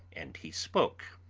and he spoke